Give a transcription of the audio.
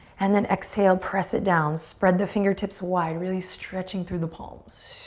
and then exhale, press it down. spread the fingertips wide, really stretching through the palms.